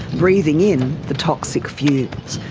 breathing in the toxic fumes,